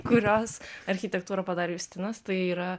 kurios architektūrą padarė justinas tai yra